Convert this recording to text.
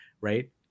right